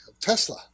Tesla